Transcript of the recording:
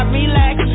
relax